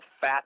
fat